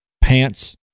pants